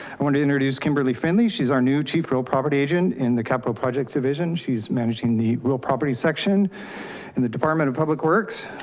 i want to introduce kimberly fendley. she's our new chief real property agent in the capital project division. she's managing the real property section in the department of public works.